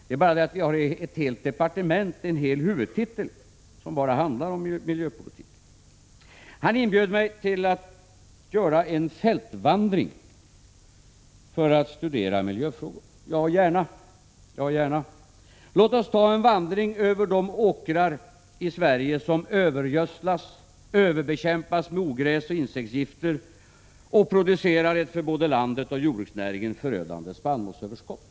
Det är bara det att vi har en hel huvudtitel som handlar om miljöpolitiken. Han inbjöd mig att göra en fältvandring för att studera miljöfrågor. Ja, gärna. Låt oss göra en vandring över de åkrar i Sverige som övergödslas, överbekämpas med ogräsoch insektsgifter samt producerar ett för både landet och jordbruksnäringen förödande spannmålsöverskott.